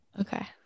Okay